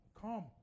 Come